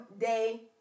day